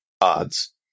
Odds